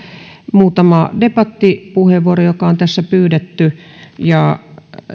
muutama debattipuheenvuoro joka on tässä pyydetty ja